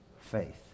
faith